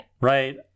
Right